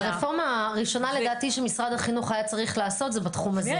לדעתי הרפורמה הראשונה שמשרד החינוך היה צריך לעשות זה בתחום הזה.